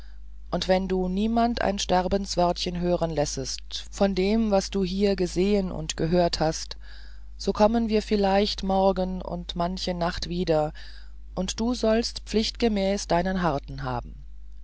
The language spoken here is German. und wenn du niemand ein sterbenswörtchen hören lässest von dem was du hier gesehen und gehört hast so kommen wir vielleicht morgen und manche nacht wieder und du sollst pflichtgemäß deinen harten haben